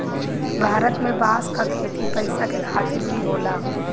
भारत में बांस क खेती पैसा के खातिर भी होला